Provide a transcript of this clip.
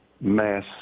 mass